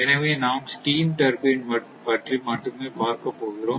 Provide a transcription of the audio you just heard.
எனவே நாம் steam turbine பற்றி மட்டுமே பார்க்க போகிறோம்